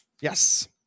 Yes